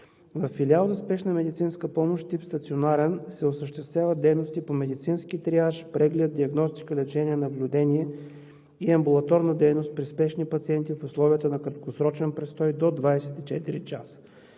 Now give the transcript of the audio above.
Във филиал за спешна медицинска помощ тип стационарен се осъществяват дейности по медицински триаж, преглед, диагностика, лечение, наблюдение и амбулаторна дейност при спешни пациенти в условията на краткосрочен престой до 24 часа.